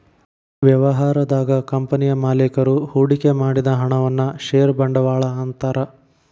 ವ್ಯವಹಾರದಾಗ ಕಂಪನಿಯ ಮಾಲೇಕರು ಹೂಡಿಕೆ ಮಾಡಿದ ಹಣವನ್ನ ಷೇರ ಬಂಡವಾಳ ಅಂತಾರ